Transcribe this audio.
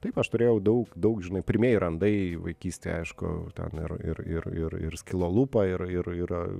taip aš turėjau daug daug žinai pirmieji randai vaikystėj aišku ten ir ir ir ir ir skilo lūpa ir ir ir